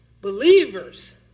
believers